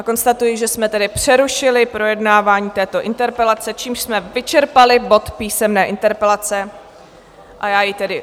A konstatuji, že jsme tedy přerušili projednávání této interpelace, čímž jsme vyčerpali bod Písemné interpelace, a já jej tedy uzavírám.